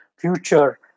future